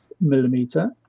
millimeter